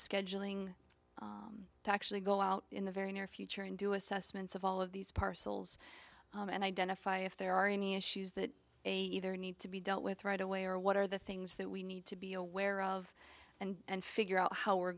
scheduling to actually go out in the very near future and do assessments of all of these parcels and identify if there are any issues that they either need to be dealt with right away or what are the things that we need to be aware of and figure out how we're